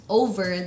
over